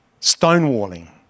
Stonewalling